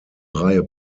reihe